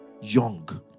young